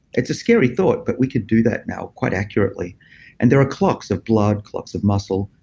it's a scary thought but we could do that now quite accurately and there are clocks of blood, clocks of muscle,